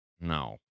No